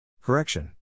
Correction